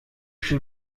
she